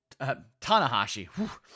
Tanahashi